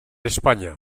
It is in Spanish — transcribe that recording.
españa